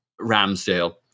Ramsdale